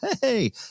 hey